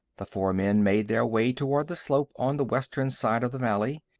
the four men made their way toward the slope on the western side of the valley.